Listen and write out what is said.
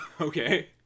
Okay